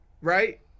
right